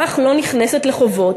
אך לא נכנסת לחובות,